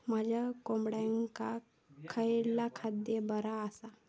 माझ्या कोंबड्यांका खयला खाद्य बरा आसा?